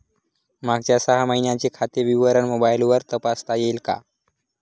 मागच्या सहा महिन्यांचे खाते विवरण मोबाइलवर तपासता येईल का?